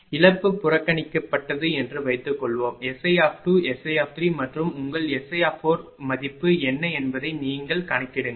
இழப்பு புறக்கணிக்கப்பட்டது என்று வைத்துக்கொள்வோம் SI SI மற்றும் உங்கள் SI மதிப்பு என்ன என்பதை நீங்களே கணக்கிடுங்கள்